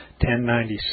1096